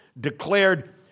declared